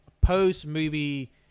post-movie